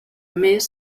més